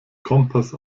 kompass